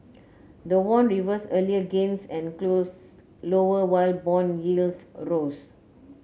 the won reversed earlier gains and closed lower while bond yields rose